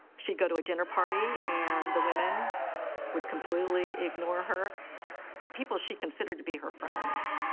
she'd go to a dinner party and the women would completely ignore her people she considered to be her friends.